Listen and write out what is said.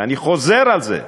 ואני חוזר על זה,